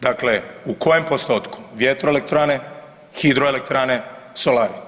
Dakle, u kojem postotku vjetroelektrane, hidroelektrane, solari?